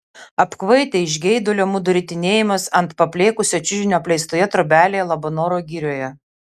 apkvaitę iš geidulio mudu ritinėjomės ant paplėkusio čiužinio apleistoje trobelėje labanoro girioje